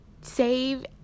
save